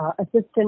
assistant